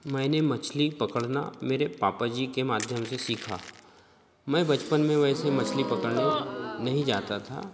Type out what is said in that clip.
मैंने मछली पकड़ना मेरे पापा जी के माध्यम से सिखा मैं बचपन में वैसे मछली पकड़ने नहीं जाता था